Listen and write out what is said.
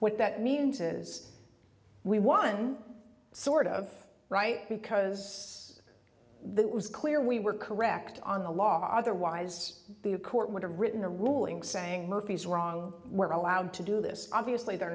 what that means is we won sort of right because that was clear we were correct on the law otherwise the a court would have written a ruling saying murphy is wrong we're allowed to do this obviously they're